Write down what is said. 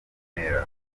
ntera